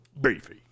Beefy